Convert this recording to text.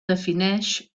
defineix